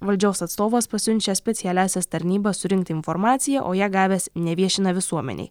valdžios atstovas pasiunčia specialiąsias tarnybas surinkti informaciją o ją gavęs neviešina visuomenei